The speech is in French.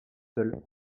seule